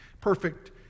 perfect